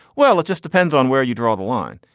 well, it just depends on where you draw the line.